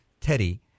Teddy